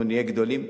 אנחנו נהיה גדולים.